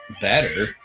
better